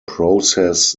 process